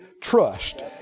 trust